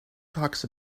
talks